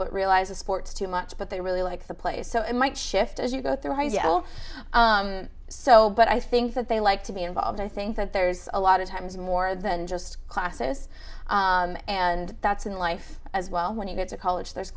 but realize the sports too much but they really like the play so it might shift as you go through you know so but i think that they like to be involved i think that there's a lot of times more than just classes and that's in life as well when he gets a college there's